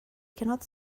cannot